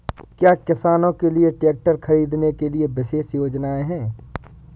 क्या किसानों के लिए ट्रैक्टर खरीदने के लिए विशेष योजनाएं हैं?